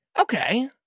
Okay